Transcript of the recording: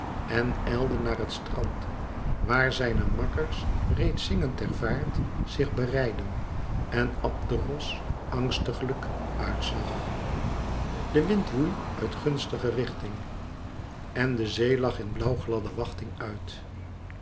en ijlde naar het strand waar zijne makkers reeds zingend ter vaart zich bereidden en abderos angstiglijk uit zag de wind woei uit gunstige richting en de zee lag in blauwgladde wachting uit